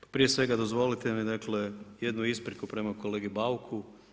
Pa prije svega dozvolite mi dakle jednu ispriku prema kolegi Bauku.